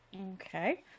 Okay